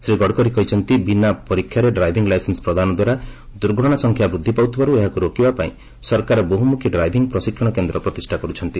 ଶ୍ରୀ ଗଡ଼କରୀ କହିଛନ୍ତି ବିନା ପରୀକ୍ଷାରେ ଡ୍ରାଇଭିଂ ଲାଇସେନ୍ସ ପ୍ରଦାନ ଦ୍ୱାରା ଦୁର୍ଘଟଣା ସଂଖ୍ୟା ବୃଦ୍ଧି ପାଉଥିବାରୁ ଏହାକୁ ରୋକିବା ପାଇଁ ସରକାର ବହୁମୁଖୀ ଡ୍ରାଇଭିଂ ପ୍ରଶିକ୍ଷଣ କେନ୍ଦ୍ର ପ୍ରତିଷ୍ଠା କରୁଛନ୍ତି